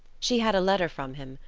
she had a letter from him,